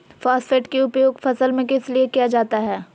Phosphate की उपयोग फसल में किस लिए किया जाता है?